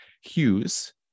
Hughes